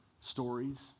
stories